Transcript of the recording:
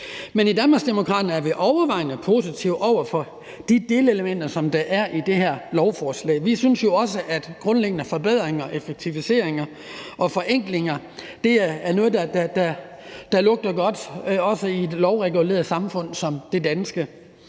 Men i Danmarksdemokraterne er vi overvejende positive over for de delelementer, der er i det her lovforslag. Vi synes jo også, at grundlæggende forbedringer, effektiviseringer og forenklinger er noget, der lugter godt, også i et lovreguleret samfund som det danske.